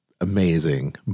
amazing